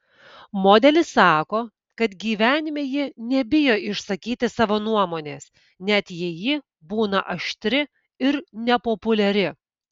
modelis sako kad gyvenime ji nebijo išsakyti savo nuomonės net jei ji būna aštri ir nepopuliari